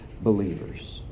believers